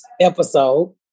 episode